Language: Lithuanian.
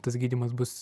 tas gydymas bus